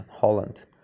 Holland